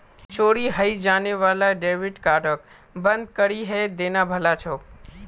चोरी हाएं जाने वाला डेबिट कार्डक बंद करिहें देना भला छोक